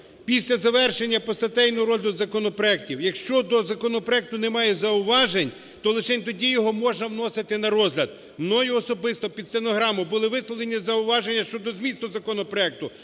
після завершення постатейного розгляду законопроектів, якщо до законопроекту немає зауважень, то лишень тоді його можна вносити на розгляд. Мною особисто, під стенограму, були висловлені зауваження щодо змісту законопроекту.